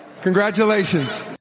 congratulations